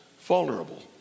vulnerable